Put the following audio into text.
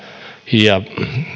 ja